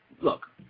look